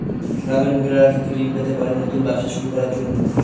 গ্রামের মহিলারা কি কি ঋণ পেতে পারেন নতুন ব্যবসা শুরু করার জন্য?